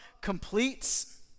completes